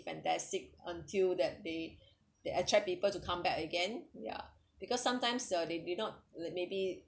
fantastic until that they they attract people to come back again yeah because sometimes the they did not like maybe